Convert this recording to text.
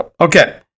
Okay